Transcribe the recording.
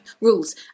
rules